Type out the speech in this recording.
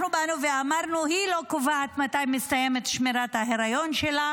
אנחנו באנו ואמרנו: היא לא קובעת מתי מסתיימת שמירת ההיריון שלה,